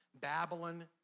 Babylon